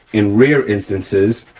in rare instances,